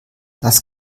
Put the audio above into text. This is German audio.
das